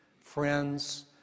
friends